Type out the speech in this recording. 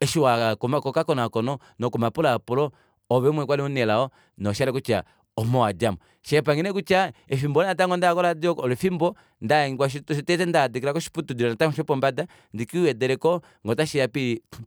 eshiwaya kokakonaakono noko mapulaapulo oove umwe kwali omunelao noshayela kutya omo owadjamo shakapange neekutya efimbo olo natango ndaya koradio oko olo efimbo ndahangika shotete ndahadekela natango koshiputudilo shopombada ndikii wedeleko ngee otashiya